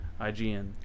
IGN